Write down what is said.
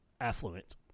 affluent